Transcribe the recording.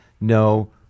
no